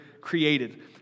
created